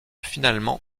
finalement